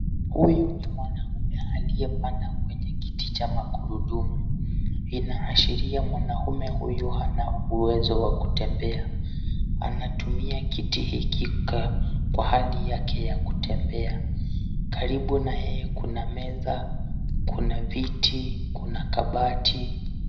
Huyu ni mwanamume aliyepanda kwenye kiti cha magurudumu. Inaashiria mwanamume huyu hana uwezo wa kutembea. Anatumia kiti hiki kukaa kwa hali yake ya kutembea. Karibu naye kuna meza, kuna viti, kuna kabati.